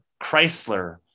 Chrysler